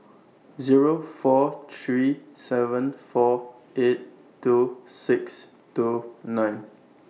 Zero four three seven four eight two six two nine